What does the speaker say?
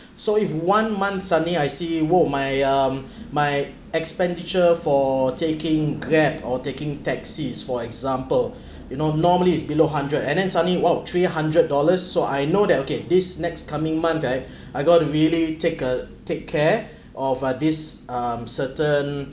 so if one month suddenly I see !wow! my um my expenditure for taking grab or taking taxis for example you know normally is below hundred and then suddenly !wow! three hundred dollars so I know that okay this next coming monday I got to really take uh take care of uh this um certain